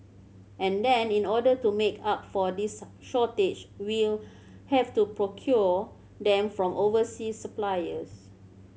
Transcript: and then in order to make up for this shortage we'll have to procure them from overseas suppliers